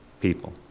people